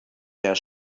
der